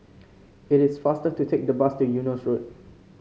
it is faster to take the bus to Eunos Road